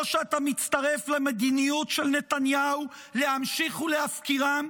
שאתה מצטרף למדיניות של נתניהו להמשיך ולהפקירם,